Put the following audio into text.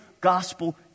gospel